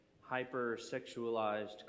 hyper-sexualized